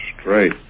straight